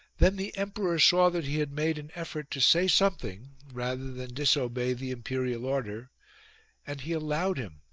then the emperor saw that he had made an effort to say something rather than disobey the imperial order and he allowed him,